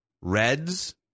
Reds